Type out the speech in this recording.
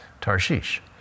Tarshish